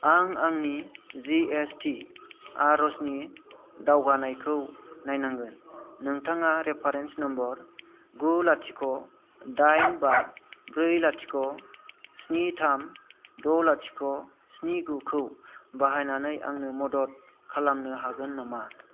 आं आंनि जिएसटि आर'जनि दावगानायखौ नायनांगोन नोंथाङा रेफारेन्स नम्बर गु लाथिख' दाइन बा ब्रै लाथिख' स्नि थाम द' लाथिख' स्नि गुखौ बाहायनानै आंनो मदद खालामनो हागोन नामा